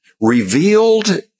revealed